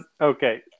Okay